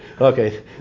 Okay